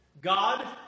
God